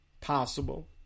Possible